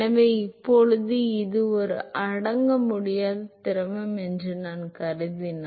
எனவே இப்போது அது ஒரு அடக்க முடியாத திரவம் என்று நான் கருதினால்